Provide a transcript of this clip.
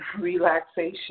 relaxation